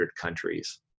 countries